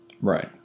right